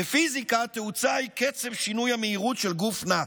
בפיזיקה, תאוצה היא קצב שינוי המהירות של גוף נע.